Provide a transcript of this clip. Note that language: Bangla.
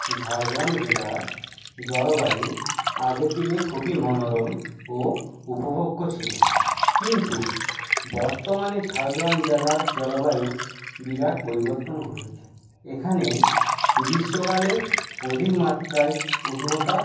ঝাড়গ্রাম জেলার জলবায়ু আগের দিনে খুবই মনোরম ও উপভোগ্য ছিলো কিন্তু বর্তমানে ঝাড়গ্রাম জেলার জলবায়ু বিরাট পরিবর্তন ঘটেছে এখানে গ্রীষ্মকালে অধিক মাত্রায় উষ্ণতা